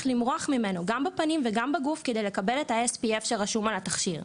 למרוח ממנו גם בפנים וגם בגוף כדי לקבל את ה-SPF שרשום על התכשיר.